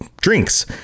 drinks